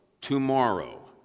tomorrow